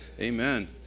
Amen